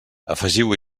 afegiu